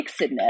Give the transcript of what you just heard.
mixedness